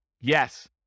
Yes